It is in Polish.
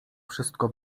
wszystko